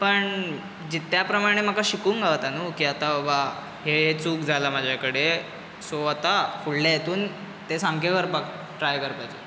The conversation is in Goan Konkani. पण ज त्या प्रमाणे म्हाका शिकूंक गावता नू की आतां बाबा हे हे चूक जाला म्हजे कडेन सो आतां फुडले हितून ते सामके करपाक ट्राय करपाचें